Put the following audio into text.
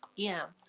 yeah,